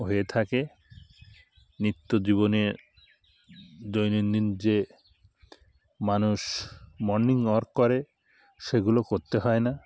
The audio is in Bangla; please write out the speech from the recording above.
হয়ে থাকে নিত্য জীবনে দৈনন্দিন যে মানুষ মর্নিং ওয়াক করে সেগুলো করতে হয় না